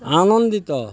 ଆନନ୍ଦିତ